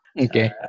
Okay